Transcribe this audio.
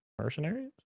mercenaries